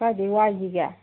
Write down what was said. ꯀꯥꯏꯗꯩ ꯋꯥꯏꯁꯤꯒꯦ